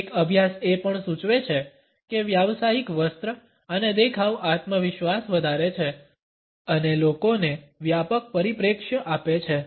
એક અભ્યાસ એ પણ સૂચવે છે કે વ્યાવસાયિક વસ્ત્ર અને દેખાવ આત્મવિશ્વાસ વધારે છે અને લોકોને વ્યાપક પરિપ્રેક્ષ્ય આપે છે